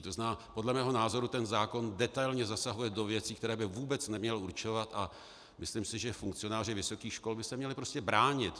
To znamená, podle mého názoru ten zákon detailně zasahuje do věcí, které by vůbec neměl určovat, a myslím si, že funkcionáři vysokých škol by se měli prostě bránit.